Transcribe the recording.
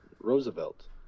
Roosevelt